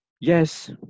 yes